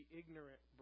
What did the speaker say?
ignorant